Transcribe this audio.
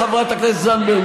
חברת הכנסת זנדברג,